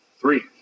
Three